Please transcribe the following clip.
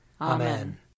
Amen